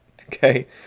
okay